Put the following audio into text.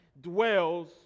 dwells